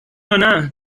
یانه